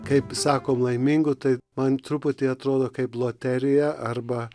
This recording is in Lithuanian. kaip sakom laimingu tai man truputį atrodo kaip loterija arba